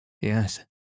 Yes